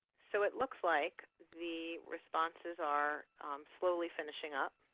so it looks like the responses are slowly finishing up.